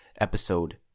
episode